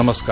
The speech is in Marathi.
नमस्कार